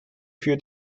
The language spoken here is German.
für